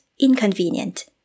inconvenient